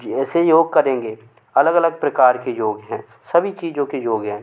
जैसे योग करेंगे अलग अलग प्रकार के योग हैं सभी चीज़ों के योग हैं